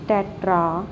tetra